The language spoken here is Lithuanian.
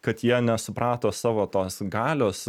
kad jie nesuprato savo tos galios